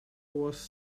was